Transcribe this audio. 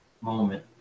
moment